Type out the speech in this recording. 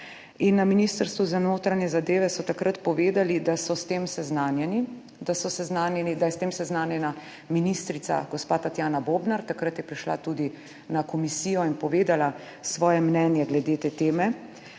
na Ministrstvu za notranje zadeve so takrat povedali, da so s tem seznanjeni, da je s tem seznanjena ministrica gospa Tatjana Bobnar, takrat je prišla tudi na komisijo in povedala svoje mnenje glede te teme.